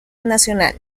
nacional